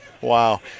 Wow